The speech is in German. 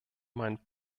meinen